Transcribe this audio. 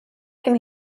can